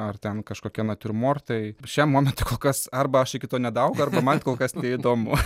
ar ten kažkokie natiurmortai šiam momentui kol kas arba aš iki to nedaaugau arba man kol kas tai įdomu